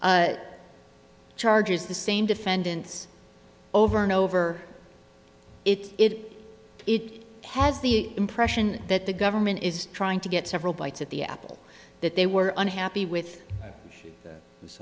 same charges the same defendants over and over it it has the impression that the government is trying to get several bites of the apple that they were unhappy with